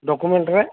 ଡକ୍ୟୁମେଣ୍ଟ୍ରେ